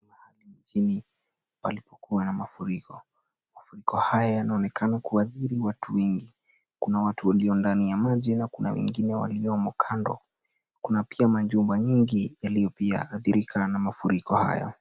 Chini, palipokuwa na mafuriko. Mafuriko haya yanaonekana kuathiri watu wengi, kuna watu walio ndani ya maji, na kuna wengine waliomo kando, kuna pia majumba nyingi, yaliyo pia athirika na mafuriko haya.